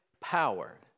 power